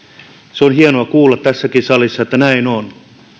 se on hienoa kuulla tässäkin salissa että näin on